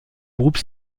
groupe